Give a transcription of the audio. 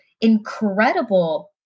incredible